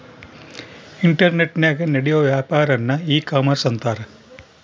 ಇಂಟರ್ನೆಟನಾಗ ನಡಿಯೋ ವ್ಯಾಪಾರನ್ನ ಈ ಕಾಮರ್ಷ ಅಂತಾರ